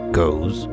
goes